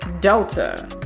Delta